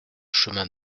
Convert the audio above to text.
chemin